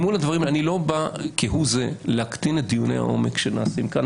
אני לא בא להקטין כהוא זה את דיוני העומק שנעשים כאן.